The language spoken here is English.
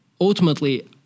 ultimately